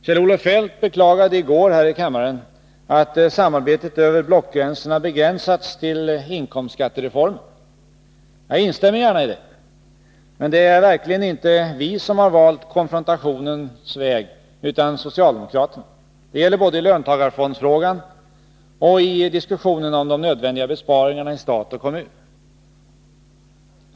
Kjell-Olof Feldt beklagade i går här i kammaren att samarbetet över blockgränserna begränsats till inkomstskattereformen. Jag instämmer gärna i det. Men det är verkligen inte vi som har valt konfrontationens väg, utan socialdemokraterna. Det gäller både i löntagarfondsfrågan och i diskussionen om de nödvändiga besparingarna i stat och kommun.